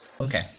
Okay